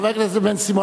חבר הכנסת בן-סימון,